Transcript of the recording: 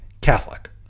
Catholic